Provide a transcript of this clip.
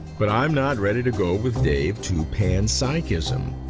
but i'm not ready to go with dave to panpsychism,